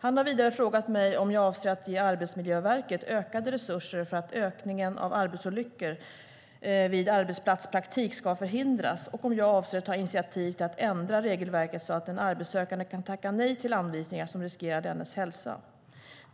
Han har vidare frågat mig om jag avser att ge Arbetsmiljöverket ökade resurser för att ökningen av olyckor vid arbetsplatspraktik ska förhindras och om jag avser att ta initiativ till att ändra regelverket så att en arbetssökande kan tacka nej till anvisningar som riskerar dennes hälsa.